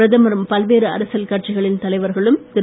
பிரதமரும் பல்வேறு அரசியல் கட்சிகளின் தலைவர்களும் திரு